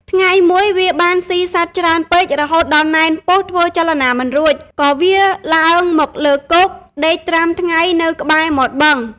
ថ្ងៃមួយ វាបានស៊ីសត្វច្រើនពេករហូតដល់ណែនពោះធ្វើចលនាមិនរួច ក៏វារឡើងមកលើគោកដេកត្រាំថ្ងៃនៅក្បែរមាត់បឹង។